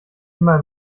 immer